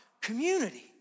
community